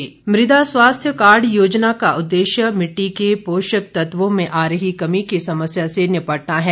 मुदा स्वास्थ्य कार्ड मुदा स्वास्थ्य कार्ड योजना का उद्देश्य मिट्टी के पोषक तत्वों में आ रही कमी की समस्या से निपटना है